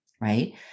right